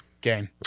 game